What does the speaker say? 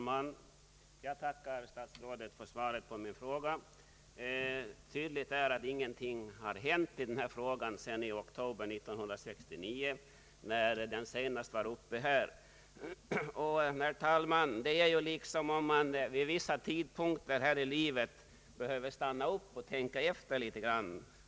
Herr talman! Jag tackar statsrådet för svaret på min fråga. Tydligt är att ingenting har hänt i denna sak sedan oktober 1969 när den senast var uppe till behandling här. Det är, herr talman, som om man vid vissa tidpunkter här i livet behöver stanna upp och tänka efter litet.